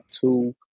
two